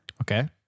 Okay